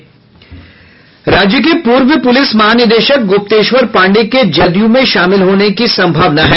राज्य के पूर्व पूलिस महानिदेशक गुप्तेश्वर पांडेय के जदयू में शामिल होने की सम्भावना है